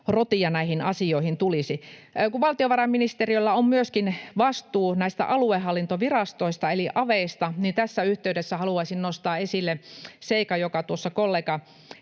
rotia näihin asioihin tulisi. Kun valtiovarainministeriöllä on vastuu myöskin aluehallintovirastoista eli aveista, niin tässä yhteydessä haluaisin nostaa esille seikan, joka tuossa kollega